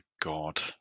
god